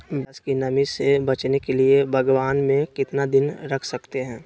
प्यास की नामी से बचने के लिए भगवान में कितना दिन रख सकते हैं?